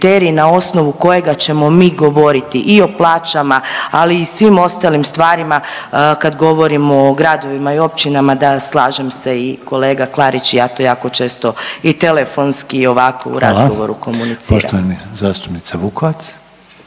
na osnovu kojega ćemo mi govoriti i o plaćama, ali i svim ostalim stvarima kad govorimo o gradovima i općinama da slažem se i kolega Klarić i ja to jako često i telefonski i ovako u razgovoru … …/Upadica